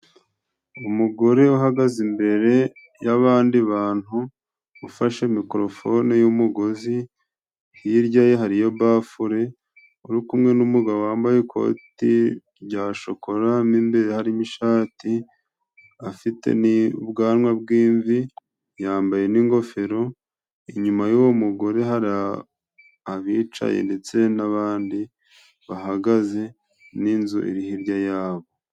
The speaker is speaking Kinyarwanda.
umugore uhagaze imbere y'abandi bantu ufashe mikorofone y'umugozi, hirya ye hariyo bafure uri kumwe n'umugabo wambaye ikoti rya shokora mo imbere harimo ishati afite ni ubwanwa bw'imvi, yambaye n'ingofero, inyuma y'uwo mugore hari abicaye ndetse n'abandi bahagaze n'inzu iri hirya yabo.